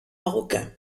marocains